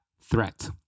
threat